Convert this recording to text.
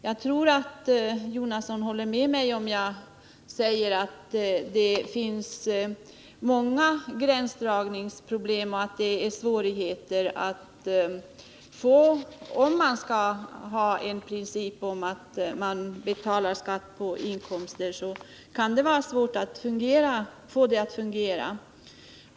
Jag tror att herr Jonasson håller med mig, om jag säger att det finns många gränsdragningsproblem och att det kan vara svårt att få det hela att fungera om man skall ha till princip att man betalar skatt på inkomster.